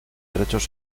derechos